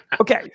Okay